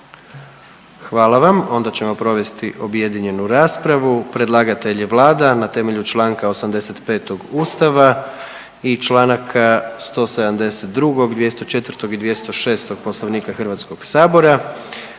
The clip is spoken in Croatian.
Hvala vam, onda ćemo provesti objedinjenu raspravu. Predlagatelj je Vlada RH na temelju čl. 85. Ustava i čl. 172. i 204. i 206. Poslovnika Hrvatskog sabora.